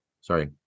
Sorry